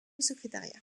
secrétariat